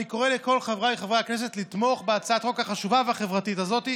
ואני קורא לכל חבריי חברי הכנסת לתמוך בהצעת החוק החשובה והחברתית הזאת.